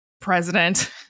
president